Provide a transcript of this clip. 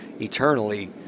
eternally